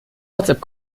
whatsapp